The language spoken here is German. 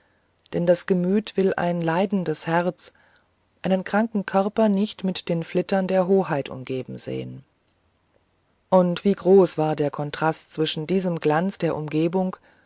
denn das gemüt will ein leidendes herz einen kranken körper nicht mit den flittern der hoheit umgeben sehen und wie groß war der kontrast zwischen diesem glanz der umgebung